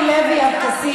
לוי אבקסיס,